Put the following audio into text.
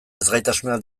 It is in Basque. ezgaitasunak